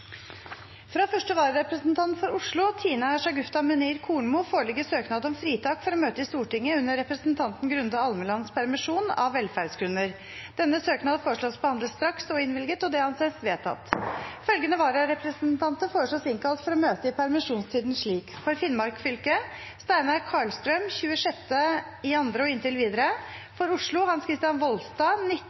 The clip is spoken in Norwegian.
Fra første vararepresentant for Oslo, Tina Shagufta Munir Kornmo , foreligger søknad om fritak for å møte i Stortinget under representanten Grunde Almelands permisjon, av velferdsgrunner. Etter forslag fra presidenten ble enstemmig besluttet: Søknaden behandles straks og innvilges. Følgende vararepresentanter innkalles for å møte i permisjonstiden slik: For Finnmark fylke: Steinar Karlstrøm 26. februar og inntil videre For Oslo: Hans Kristian Voldstad